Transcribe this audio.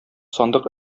сандык